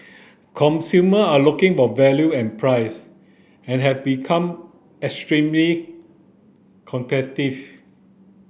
consumer are looking for value and price and have become extremely competitive